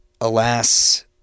alas